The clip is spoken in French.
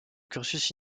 cursus